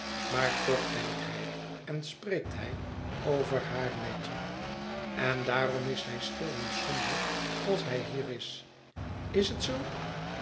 maar toch denkt hij en spreekt hij over haar met je en daarom is hij stil en somber als hij hier is is het zoo